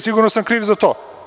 Sigurno sam kriv za to.